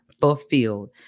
fulfilled